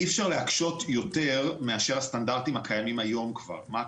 אי אפשר להקשות יותר מאשר הסטנדרטים שכבר קיימים היום.